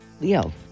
Leo